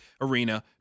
arena